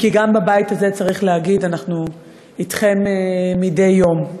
אם כי בבית הזה, צריך להגיד, אנחנו אתכם מדי יום.